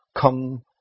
come